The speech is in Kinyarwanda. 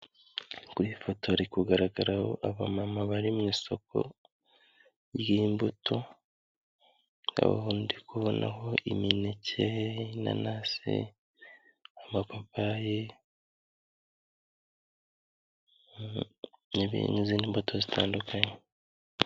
Kuri iyi ifoto hari kugaragaraho abamama bari mu isoko ry'imbuto, aha ndi kubonaho imineke, inanasi, amapapayi n'izindi mbuto zitandukanye.